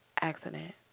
accident